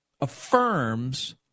affirms